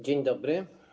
Dzień dobry.